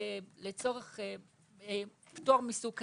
לצורך פטור מסוג כזה,